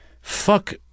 Fuck